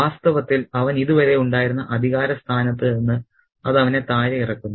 വാസ്തവത്തിൽ അവന് ഇതുവരെ ഉണ്ടായിരുന്ന അധികാര സ്ഥാനത്ത് നിന്ന് അത് അവനെ താഴെയിറക്കുന്നു